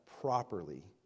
properly